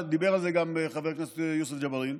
חבר הכנסת יוסף ג'בארין,